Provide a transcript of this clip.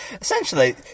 Essentially